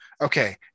okay